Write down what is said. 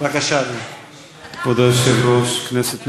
כבוד היושב-ראש, כנסת נכבדה,